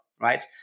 right